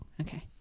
okay